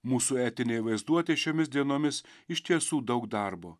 mūsų etinė vaizduotė šiomis dienomis iš tiesų daug darbo